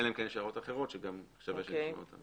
אלא אם כן יש הערות אחרות שגם שווה שנשקול אותן.